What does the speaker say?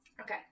Okay